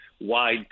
wide